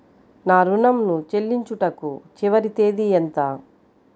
నా ఋణం ను చెల్లించుటకు చివరి తేదీ ఎంత?